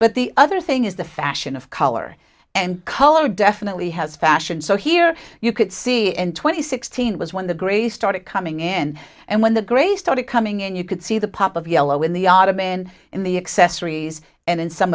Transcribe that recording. but the other thing is the fashion of color and color definitely has fashion so here you could see and twenty sixteen was when the gray started coming in and when the gray started coming in you could see the pop of yellow in the autumn and in the accessories and in some